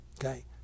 okay